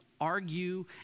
argue